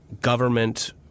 government